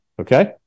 okay